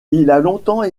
longtemps